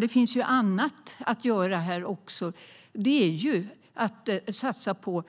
Det finns annat att göra också, till exempel satsa på